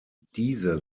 diese